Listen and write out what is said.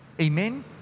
Amen